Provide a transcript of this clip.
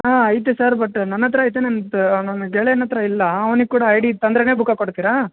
ಆಂ ಐತೆ sir but ನನ್ನ ಹತ್ತಿರ ಐತೆ ನನ್ನ ನನ್ನ ಗೆಳ್ಯನ ಹತ್ತಿರ ಇಲ್ಲ ಅವನ್ಗೆ ಕೂಡ ಐ ಡಿ ತಂದರೆನೇ ಬುಕ್ಕ ಕೊಡ್ತೀರಾ